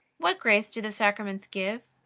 what grace do the sacraments give?